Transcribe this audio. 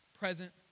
present